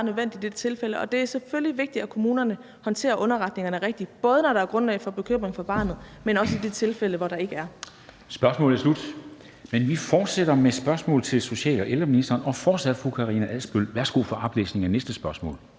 nødvendigt i det tilfælde, og det er selvfølgelig vigtigt, at kommunerne håndterer underretningerne rigtigt, både når der er grundlag for bekymring for barnet, men også i de tilfælde, hvor der ikke er. Kl. 13:16 Formanden (Henrik Dam Kristensen): Spørgsmålet er slut. Vi fortsætter med et spørgsmål til social- og ældreministeren, og det er fortsat af fru Karina Adsbøl. Kl. 13:16 Spm. nr. S 381 3) Til